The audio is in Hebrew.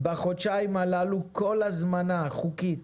בחודשיים הללו כל הזמנה חוקית